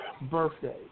birthday